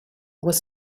was